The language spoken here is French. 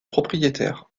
propriétaire